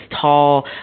tall